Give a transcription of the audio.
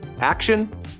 action